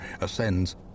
ascends